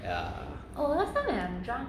yeah